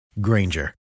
Granger